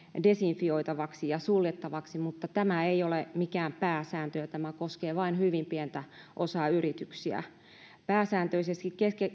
desinfioitavaksi ja suljettavaksi mutta tämä ei ole mikään pääsääntö ja tämä koskee vain hyvin pientä osaa yrityksistä pääsääntöisesti